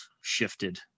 shifted